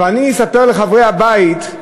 אבל אני אספר לחברי הבית,